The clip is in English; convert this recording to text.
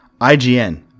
IGN